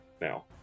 now